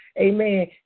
Amen